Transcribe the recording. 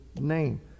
name